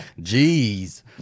Jeez